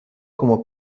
como